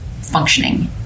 functioning